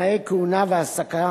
תנאי כהונה והעסקה